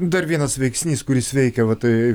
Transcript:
dar vienas veiksnys kuris veikia va tai